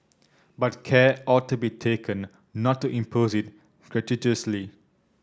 but care ought to be taken not to impose it gratuitously